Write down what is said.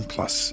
Plus